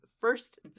first